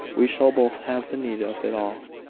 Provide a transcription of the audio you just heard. we shall both have need of it all.